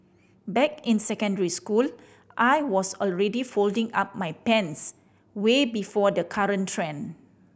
back in secondary school I was already folding up my pants way before the current trend